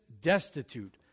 destitute